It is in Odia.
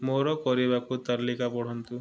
ମୋର କରିବାକୁ ତାଲିକା ପଢ଼ନ୍ତୁ